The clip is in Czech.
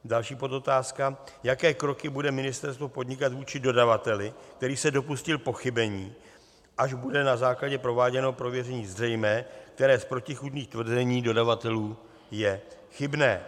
Další podotázka: Jaké kroky bude ministerstvo podnikat vůči dodavateli, který se dopustil pochybení, až bude na základě prováděného prověření zřejmé, které z protichůdných tvrzení dodavatelů je chybné?